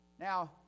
Now